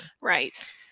Right